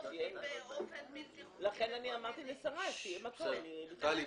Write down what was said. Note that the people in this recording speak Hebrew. ----- -באופן בלתי חוקי --- לכן אמרתי לשרי --- כן טלי.